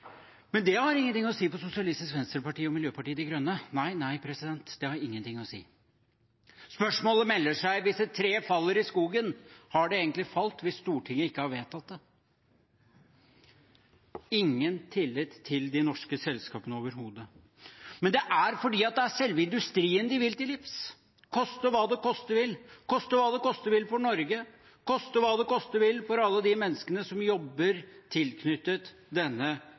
Men det har ingenting å si for Sosialistisk Venstreparti og Miljøpartiet De Grønne – nei, det har ingenting å si! Spørsmålet melder seg: Hvis et tre faller i skogen, har det egentlig falt hvis Stortinget ikke har vedtatt det? Ingen tillit til de norske selskapene overhodet, men det er fordi det er selve industrien de vil til livs, koste hva det koste vil – koste hva det koste vil for Norge, og koste hva det koste vil for alle de menneskene som jobber tilknyttet denne